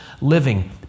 living